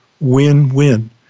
win-win